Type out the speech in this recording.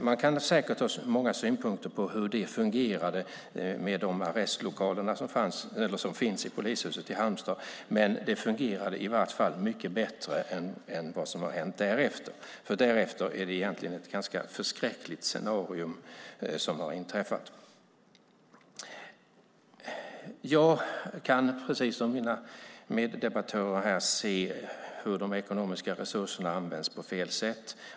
Man kan säkert ha många synpunkter på hur det fungerade med de arrestlokaler som finns i polishuset i Halmstad, men det fungerade i alla fall mycket bättre än hur det har fungerat därefter, för därefter är det egentligen ett ganska förskräckligt scenario som har uppstått. Jag kan, precis som mina meddebattörer, se hur de ekonomiska resurserna används på fel sätt.